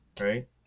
right